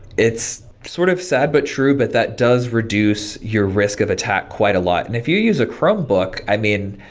it's sort of sad but true, but that does reduce your risk of attack quite a lot and if you use a chromebook, i mean,